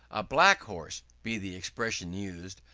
a black horse be the expression used,